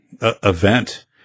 event